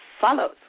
follows